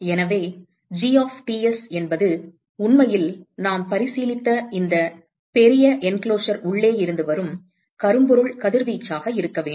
எனவே G of Ts என்பது உண்மையில் நாம் பரிசீலித்த இந்த பெரிய அடைப்பின் உள்ளே இருந்து வரும் கரும்பொருள் கதிர்வீச்சாக இருக்க வேண்டும்